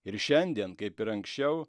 ir šiandien kaip ir anksčiau